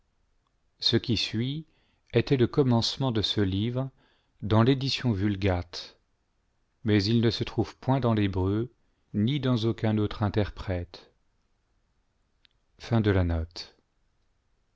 ce qui suit était le commencement de ce livre dans l'édition vulgale mais il ne se trouve point dans l'hébreu ni dans aucun autre interprète